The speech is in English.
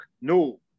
No